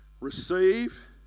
Receive